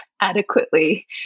adequately